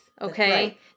Okay